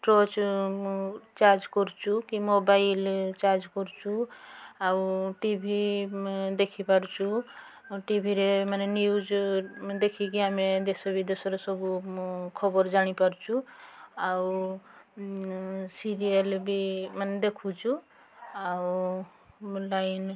torch charge କରୁଛୁ କି mobile charge କରୁଛୁ ଆଉ ଟିଭି ଦେଖି ପାରୁଛୁ ଟିଭିରେ ମାନେ ନ୍ୟୁଜ୍ ଦେଖିକି ଆମେ ଦେଶ ବିଦେଶରେ ସବୁ ମୁଁ ଖବର ଜାଣିପାରୁଛୁ ଆଉ ସିରିଏଲ୍ ବି ମାନେ ଦେଖୁଛୁ ଆଉ ଲାଇନ୍